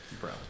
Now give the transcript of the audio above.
bro